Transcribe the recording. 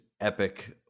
epic